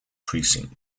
precinct